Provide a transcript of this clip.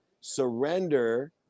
surrender